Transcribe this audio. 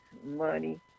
money